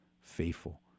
faithful